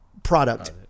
product